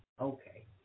okay